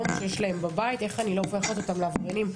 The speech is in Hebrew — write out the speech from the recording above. שיש להם בבית - איך אני לא הופכת אותם לעבריינים,